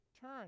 turn